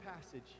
passage